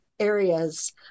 areas